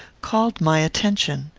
called my attention.